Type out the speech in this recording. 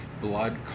blood